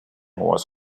was